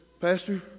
Pastor